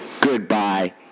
Goodbye